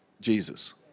Jesus